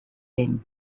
den